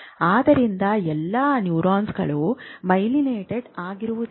ಆದ್ದರಿಂದ ಎಲ್ಲಾ ನ್ಯೂರಾನ್ಗಳು ಮೈಲೀನೇಟೆಡ್ ಆಗಿರುವುದಿಲ್ಲ